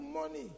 money